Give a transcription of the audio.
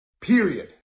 period